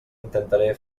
intentaré